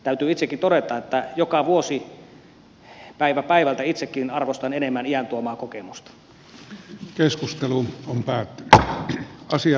täytyy itsekin todeta että joka vuosi päivä päivältä itsekin arvostan enemmän iän tuomaa kokemusta